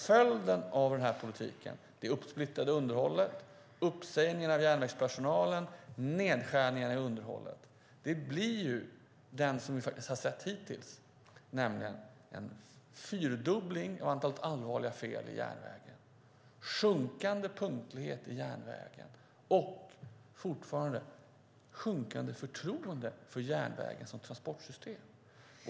Följden av den här politiken, det uppsplittrade underhållet, uppsägningen av järnvägspersonalen, nedskärningar i underhållet blir vad vi har sett hittills, nämligen en fyrdubbling av antalet allvarliga fel i järnvägen, sjunkande punktlighet och sjunkande förtroende för järnvägen som transportsystem.